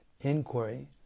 inquiry